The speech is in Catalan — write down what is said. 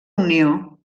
unió